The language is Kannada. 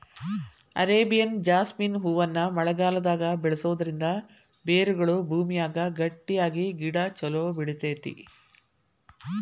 ಅರೇಬಿಯನ್ ಜಾಸ್ಮಿನ್ ಹೂವನ್ನ ಮಳೆಗಾಲದಾಗ ಬೆಳಿಸೋದರಿಂದ ಬೇರುಗಳು ಭೂಮಿಯಾಗ ಗಟ್ಟಿಯಾಗಿ ಗಿಡ ಚೊಲೋ ಬೆಳಿತೇತಿ